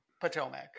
Potomac